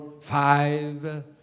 five